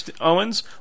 Owens